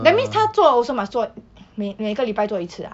that means 他做 also must 做每每个礼拜做一次啊